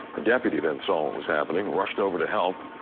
a deputy then saw what was happening, rushed over to help,